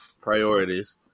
priorities